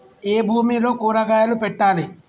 ఏ భూమిలో కూరగాయలు పెట్టాలి?